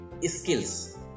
skills